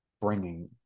bringing